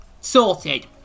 sorted